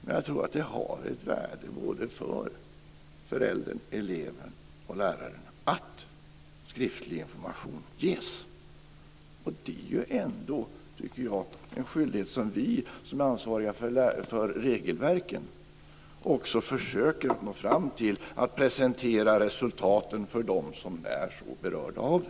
Men jag tror att det har ett värde för föräldern, eleven och läraren att skriftlig information ges. Detta är, tycker jag, en skyldighet för oss som är ansvariga för regelverken. Det gäller alltså att också försöka komma fram till att resultaten presenteras för dem som är så berörda av dem.